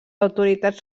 autoritats